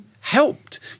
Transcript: helped